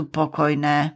pokojné